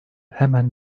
hemen